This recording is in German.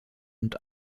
und